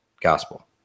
gospel